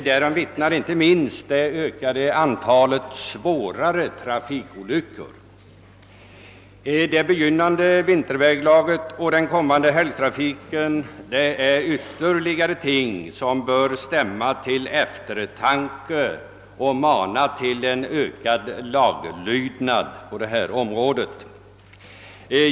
Därom vittnar inte minst det ökade antalet svårare trafikolyckor. Det begynnande vinterväglaget och den kommande helgtrafiken är ytterligare ting som bör stämma till eftertanke och mana till en ökad laglydnad på detta område.